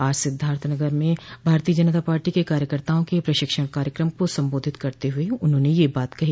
आज सिद्धार्थनगर में भारतीय जनता पार्टी के कार्यकर्ताओं के प्रशिक्षण कार्यक्रम को संबोधित करते हुए उन्होंने यह बात कही